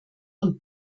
und